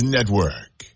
Network